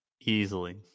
Easily